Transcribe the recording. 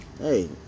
Hey